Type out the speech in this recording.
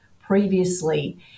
previously